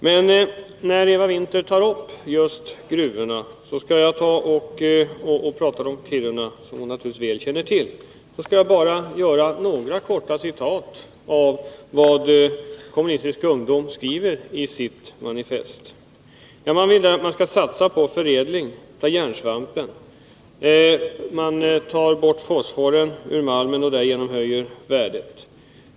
Men när Eva Winther tar upp just gruvorna och Kiruna, som hon naturligtvis väl känner till, skall jag bara göra några korta hänvisningar till vad Kommunistisk ungdom anför i sitt manifest. De vill att man skall satsa på förädling av järnsvamp, att man skall ta bort fosfor ur malmen och därigenom höja värdet.